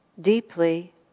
deeply